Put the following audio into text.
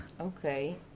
Okay